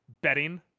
betting